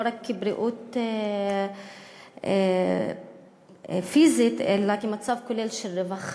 לא רק כבריאות פיזית, אלא כמצב כולל של רווחה: